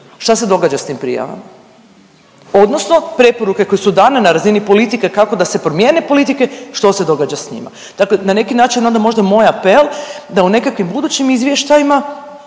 Šta se događa s tim prijavama odnosno preporuke koje su dane na razini politike kako da se promijene politike što se događa s njima? Dakle, na neki način onda možda moj apel da u nekakvim budućim izvještajima